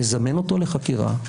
יזמן אותו לחקירה,